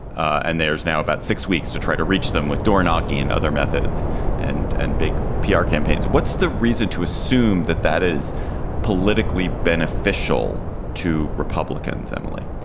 and there's now about six weeks to try to reach them with door knocking and other methods and and big pr ah campaigns. what's the reason to assume that that is politically beneficial to republicans? emily,